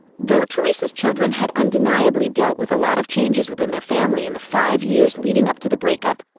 though teresa's children had undeniably dealt with a lot of changes within their family in the five years leading up to the breakup,